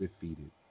defeated